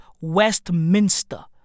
Westminster